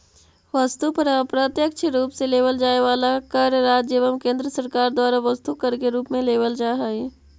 वस्तु पर अप्रत्यक्ष रूप से लेवल जाए वाला कर राज्य एवं केंद्र सरकार द्वारा वस्तु कर के रूप में लेवल जा हई